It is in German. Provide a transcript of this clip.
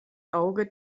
auge